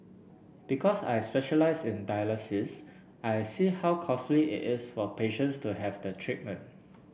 because I specialize in dialysis I see how costly is for patients to have the treatment